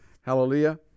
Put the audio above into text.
Hallelujah